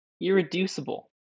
irreducible